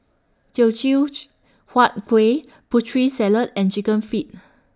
Teochew Huat Kueh Putri Salad and Chicken Feet